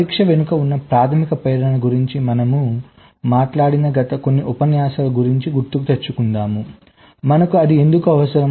పరీక్ష వెనుక ఉన్న ప్రాథమిక ప్రేరణ గురించి మనము మాట్లాడిన గత కొన్ని ఉపన్యాసాల గురించి గుర్తుకు తెచ్చుకుందాము మనకు అది ఎందుకు అవసరం